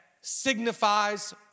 signifies